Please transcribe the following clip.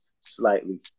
slightly